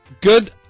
Good